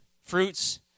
fruits